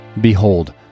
Behold